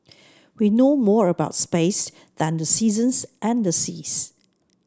we know more about space than the seasons and seas